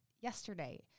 yesterday